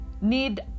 need